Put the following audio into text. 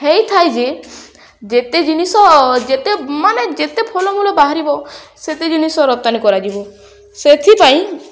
ହେଇଥାଏ ଯେ ଯେତେ ଜିନିଷ ଯେତେ ମାନେ ଯେତେ ଫଳମୂଳ ବାହାରିବ ସେତେ ଜିନିଷ ରପ୍ତାନି କରାଯିବ ସେଥିପାଇଁ